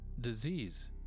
disease